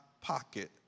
pocket